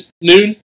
noon